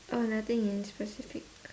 oh nothing in specific